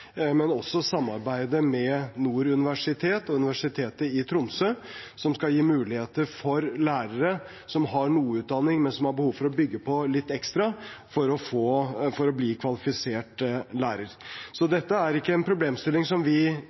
men også samarbeidet med Nord universitet og Universitetet i Tromsø om å gi lærere som har noe utdanning, men som har behov for å bygge på litt ekstra, mulighet for å bli kvalifisert lærer. Dette er ikke en problemstilling som vi